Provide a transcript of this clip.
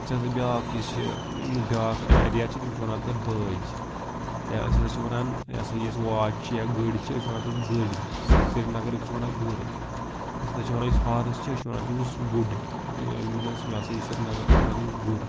یُس ہَسا بیٛاکھ یہِ چھِ بیٛاکھ ایریا چھِ تِم چھِ وَنان تَتھ دٲج یا أسۍ ہَسا چھِ وَنان یہِ ہَسا یۄس واچ چھِ یا گٔرۍ چھِ أسۍ چھِ وَنان تَتھ گٔڑۍ سرینگرٕکۍ چھِ وَنان گٔر أسۍ ہَسا چھِ وَنان یُس ہارٕس چھِ أسۍ چھِ وَنان تٔمِس گُڈ یِم ہَسا یہِ ہَسا یہِ سرینگر چھِ تِم چھِ وَنان تٔمِس گُر